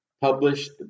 published